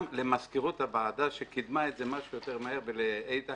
גם למזכירות הוועדה שקידמה את זה מה שיותר מהר ולאיתן